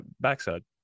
backside